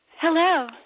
Hello